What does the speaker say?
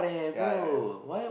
yeah yeah yeah